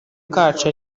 kacu